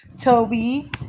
Toby